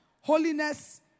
Holiness